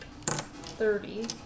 thirty